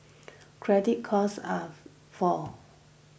credit costs are fall